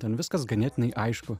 ten viskas ganėtinai aišku